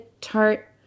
tart